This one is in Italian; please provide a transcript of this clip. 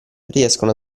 riescono